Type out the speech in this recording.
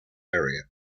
area